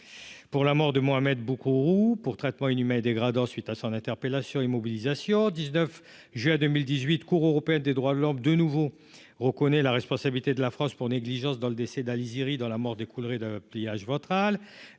pour la mort de Mohamed Boukrourou pour traitement inhumain et dégradant, suite à son interpellation immobilisation 19 juin 2018 Cour européenne des droits de l'homme, de nouveau, reconnaît la responsabilité de la France pour négligence dans le décès d'Ali Ziri dans la mort découleraient de pliage ventral.